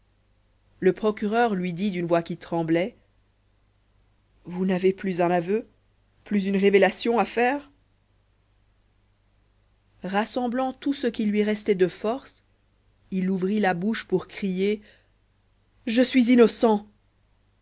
le procureur lui dit d'une voix qui tremblait vous n'avez plus un aveu plus une révélation à faire rassemblant tout ce qui lui restait de force il ouvrit la bouche pour crier je suis innocent